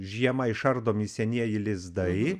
žiemą išardomi senieji lizdai